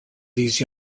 these